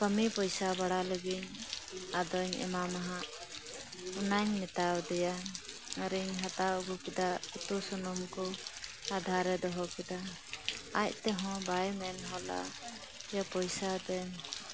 ᱠᱟᱹᱢᱤ ᱯᱚᱭᱥᱟ ᱵᱟᱲᱟ ᱞᱮᱜᱮᱧ ᱟᱫᱚᱧ ᱮᱢᱟ ᱢᱟ ᱚᱱᱟᱧ ᱢᱮᱛᱟᱭᱟᱫᱮᱭᱟ ᱟᱨᱤᱧ ᱦᱟᱛᱟᱣ ᱟᱹᱜᱩ ᱠᱮᱫᱟ ᱩᱛᱩ ᱥᱩᱱᱩᱢ ᱠᱩ ᱟᱨ ᱫᱷᱟᱨᱮ ᱫᱚᱦᱚ ᱠᱮᱫᱟ ᱟᱡᱛᱮᱦᱚᱸ ᱵᱟᱭ ᱢᱮᱱᱦᱚᱞᱟ ᱡᱮ ᱯᱚᱭᱥᱟ ᱫᱮᱱ